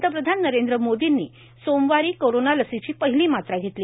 पंतप्रधान नरेंद्र मोदींनी सोमवारी कोरोना लसीची पहिली मात्रा घेतली